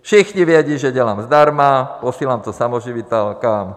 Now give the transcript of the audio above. Všichni vědí, že dělám zdarma, posílám to samoživitelkám.